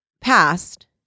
past